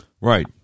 Right